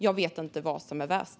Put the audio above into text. Jag vet inte vilket som vore värst.